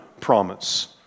promise